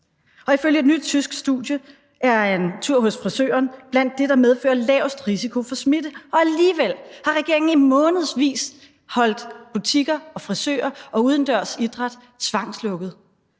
Og ifølge et nyt tysk studie er en tur hos frisøren blandt det, der medfører lavest risiko for smitte. Alligevel har regeringen i månedsvis holdt butikker og frisører og udendørs idræt tvangslukket.